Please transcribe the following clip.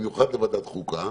במיוחד לוועדת חוקה,